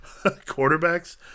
quarterbacks